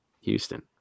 Houston